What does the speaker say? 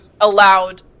allowed